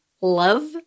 love